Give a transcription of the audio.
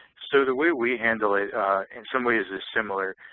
so the way we handle it in some ways is similar.